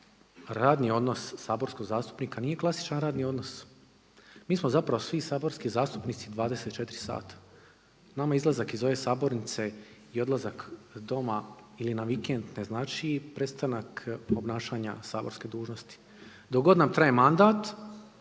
radni odnos saborskog zastupnika nije klasičan radni odnos. Mi smo zapravo svi saborski zastupnici 24h, nama izlazak iz ove sabornice i odlazak doma ili na vikend ne znači prestanak obnašanja saborske dužnosti. Dok god nam traje mandat